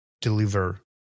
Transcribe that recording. deliver